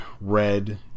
red